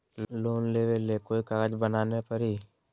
Loan लेबे ले कोई कागज बनाने परी?